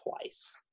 twice